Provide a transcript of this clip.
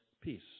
peace